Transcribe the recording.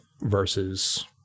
versus